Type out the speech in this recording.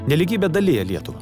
nelygybė dalija lietuvą